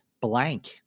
Blank